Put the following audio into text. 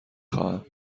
خواهم